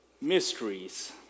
mysteries